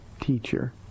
teacher